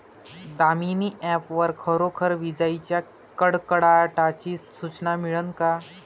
Damini app वर खरोखर विजाइच्या कडकडाटाची सूचना मिळन का?